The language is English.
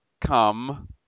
come